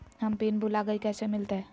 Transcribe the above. हम पिन भूला गई, कैसे मिलते?